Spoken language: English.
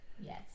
Yes